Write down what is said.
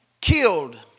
killed